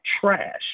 trash